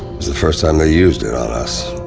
was the first time they used it on us.